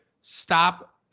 stop